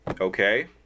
Okay